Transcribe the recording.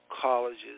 colleges